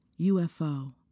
UFO